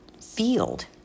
field